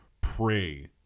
pray